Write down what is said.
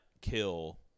kill